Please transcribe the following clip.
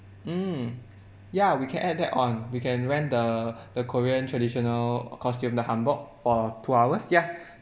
mm yeah we can add that on we can rent the the korean traditional costume the hanbok for two hours ya